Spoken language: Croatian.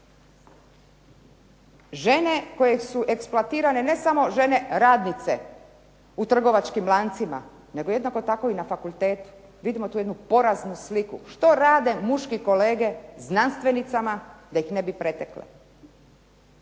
Žene koje su eksploatirane, ne samo žene radnice u trgovačkim lancima, nego jednako tako na fakultetu, vidimo tu jednu poraznu sliku. Što rade muški kolege znanstvenicama da ih ne bi pretekle